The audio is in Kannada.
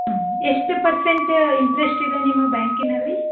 ಹ್ಞೂ ಎಷ್ಟು ಪರ್ಸೆಂಟ್ ಇಂಟ್ರೆಶ್ಟ್ ಇದೆ ನಿಮ್ಮ ಬ್ಯಾಂಕಿನಲ್ಲಿ